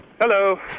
Hello